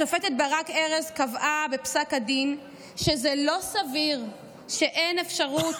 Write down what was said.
השופטת ברק ארז קבעה בפסק הדין שזה לא סביר שאין אפשרות